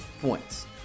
points